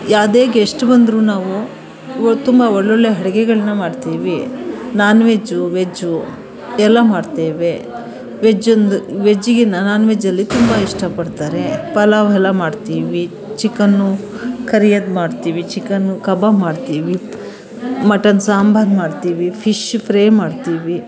ಯಾವುದೇ ಗೆಸ್ಟ್ ಬಂದರು ನಾವು ಒ ತುಂಬ ಒಳ್ಳೊಳ್ಳೆ ಅಡುಗೆಗಳನ್ನ ಮಾಡ್ತೀವಿ ನಾನ್ ವೆಜ್ಜು ವೆಜ್ಜು ಎಲ್ಲ ಮಾಡ್ತೇವೆ ವೆಜ್ಜೊಂದು ವೆಜ್ಜಿಗಿಂತ ನಾನ್ ವೆಜ್ಜಲ್ಲಿ ತುಂಬ ಇಷ್ಟಪಡ್ತಾರೆ ಪಲಾವ್ ಎಲ್ಲ ಮಾಡ್ತೀವಿ ಚಿಕನ್ನು ಕರಿ ಅದ್ಮಾಡ್ತೀವಿ ಚಿಕನ್ನು ಕಬಾಬ್ ಮಾಡ್ತೀವಿ ಮಟನ್ ಸಾಂಬಾರ್ ಮಾಡ್ತೀವಿ ಫಿಶ್ ಫ್ರೆ ಮಾಡ್ತೀವಿ